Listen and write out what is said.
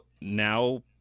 now